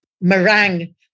meringue